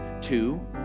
Two